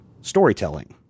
storytelling